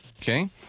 Okay